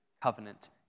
covenant